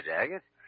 Daggett